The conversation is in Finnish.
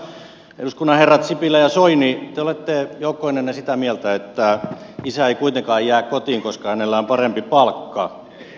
mutta herrat eduskunnan herrat sipilä ja soini te olette joukkoinenne sitä mieltä että isä ei kuitenkaan jää kotiin koska hänellä on parempi palkka